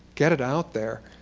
get it out there,